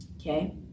okay